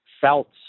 felt